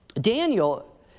Daniel